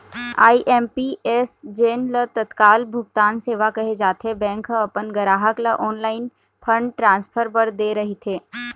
IMPS जेन ल तत्काल भुगतान सेवा कहे जाथे, बैंक ह अपन गराहक ल ऑनलाईन फंड ट्रांसफर बर दे रहिथे